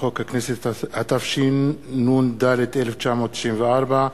לחוק הכנסת, התשנ"ד 1994,